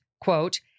quote